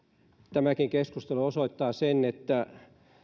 tämäkin keskustelu osoittaa sen että